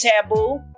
taboo